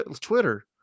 Twitter